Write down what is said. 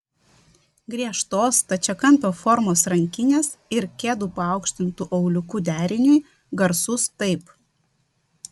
griežtos stačiakampio formos rankinės ir kedų paaukštintu auliuku deriniui garsus taip